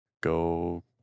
go